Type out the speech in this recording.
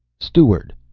steward!